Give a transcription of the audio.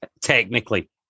technically